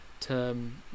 term